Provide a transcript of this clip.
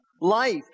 life